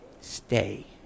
stay